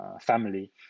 family